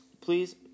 please